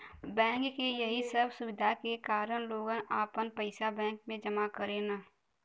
bank के यही सब सुविधा के कारन लोग आपन पइसा बैंक में जमा करेलन